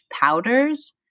powders